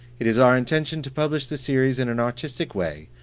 it is our intention to publish the series in an artistic way,